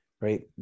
right